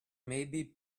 maybe